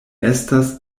estas